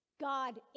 God